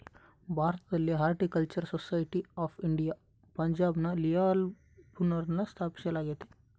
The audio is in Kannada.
ಭಾರತದಲ್ಲಿ ಹಾರ್ಟಿಕಲ್ಚರಲ್ ಸೊಸೈಟಿ ಆಫ್ ಇಂಡಿಯಾ ಪಂಜಾಬ್ನ ಲಿಯಾಲ್ಪುರ್ನಲ್ಲ ಸ್ಥಾಪಿಸಲಾಗ್ಯತೆ